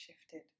shifted